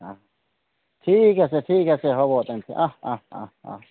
অঁ ঠিক আছে ঠিক আছে হ'ব তেন্তে অঁ অঁ অঁ